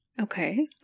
Okay